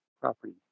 property